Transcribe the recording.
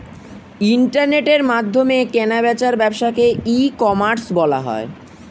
ইন্টারনেটের মাধ্যমে কেনা বেচার ব্যবসাকে ই কমার্স বলা হয়